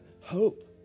hope